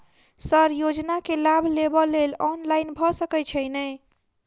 Sir योजना केँ लाभ लेबऽ लेल ऑनलाइन भऽ सकै छै नै?